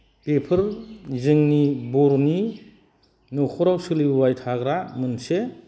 बेफोर जोंनि बर'नि न'खराव सोलिबोबाय थाग्रा मोनसे